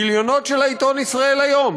גיליונות של העיתון "ישראל היום".